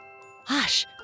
Hush